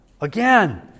Again